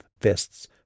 fists